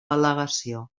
al·legació